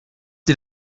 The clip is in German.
ihr